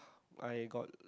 I got